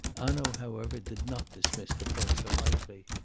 hanaud, however, did not dismiss the point so lightly.